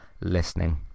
listening